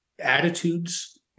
attitudes